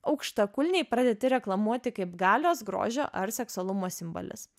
aukštakulniai pradėti reklamuoti kaip galios grožio ar seksualumo simbolis